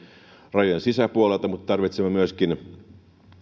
rajojen sisäpuolelta mutta tarvitsemme myöskin